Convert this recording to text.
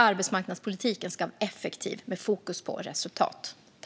Arbetsmarknadspolitiken ska vara effektiv med fokus på resultat.